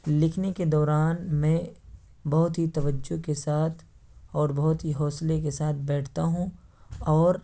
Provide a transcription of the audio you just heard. لکھنے کے دوران میں بہت ہی توجہ کے ساتھ اور بہت ہی حوصلے کے ساتھ بیٹھتا ہوں اور